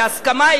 בהסכמה,